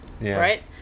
right